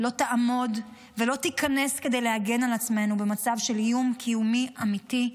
לא תעמוד ולא תיכנס כדי להגן עלינו במצב של איום קיומי אמיתי.